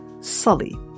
Sully